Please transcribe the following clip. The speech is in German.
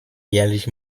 jährlich